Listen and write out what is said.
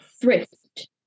thrift